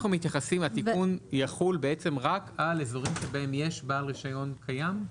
התיקון יחול רק על אזורים שבהם יש בעל רישיון קיים?